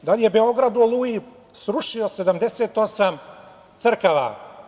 Da li je Beograd u „Oluji“ srušio 78 crkava?